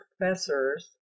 professors